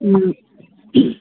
ꯎꯝ